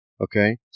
okay